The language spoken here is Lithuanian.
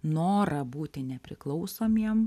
norą būti nepriklausomiem